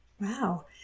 Wow